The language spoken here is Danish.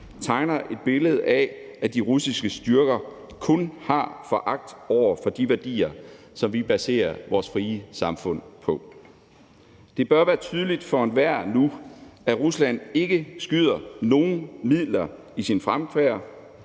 tegner et billede af, at de russiske styrker kun har foragt over for de værdier, som vi baserer vores frie samfund på. Det bør være tydeligt for enhver nu, at Rusland ikke skyer nogen midler i sin fremfærd,